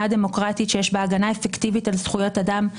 דמוקרטית שיש בה הגנה אפקטיבית על זכויות האדם,